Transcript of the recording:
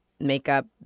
makeup